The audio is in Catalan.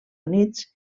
units